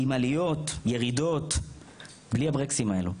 עם עליות, ירידות בלי הברקסים האלו,